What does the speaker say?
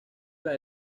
las